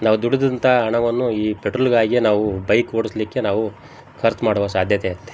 ನಾವು ದುಡ್ದಂಥ ಹಣವನ್ನು ಈ ಪೆಟ್ರೋಲ್ಗಾಗಿಯೇ ನಾವು ಬೈಕ್ ಓಡಿಸ್ಲಿಕ್ಕೆ ನಾವು ಖರ್ಚು ಮಾಡುವ ಸಾಧ್ಯತೆ ಇರುತ್ತೆ